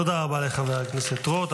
תודה רבה לחבר הכנסת רוט.